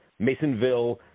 Masonville